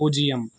பூஜ்ஜியம்